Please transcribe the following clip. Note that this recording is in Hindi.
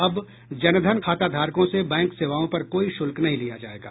अब जन धन खाता धारकों से बैंक सेवाओं पर कोई शुल्क नहीं लिया जायेगा